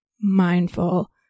mindful